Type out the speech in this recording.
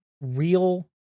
real